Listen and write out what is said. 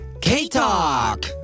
K-Talk